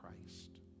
Christ